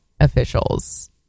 officials